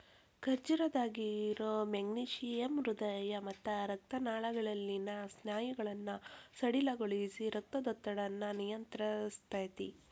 ಖರ್ಜೂರದಾಗಿರೋ magnesium ಹೃದಯ ಮತ್ತ ರಕ್ತನಾಳಗಳಲ್ಲಿನ ಸ್ನಾಯುಗಳನ್ನ ಸಡಿಲಗೊಳಿಸಿ, ರಕ್ತದೊತ್ತಡನ ನಿಯಂತ್ರಸ್ತೆತಿ